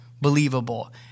believable